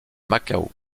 macao